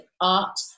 art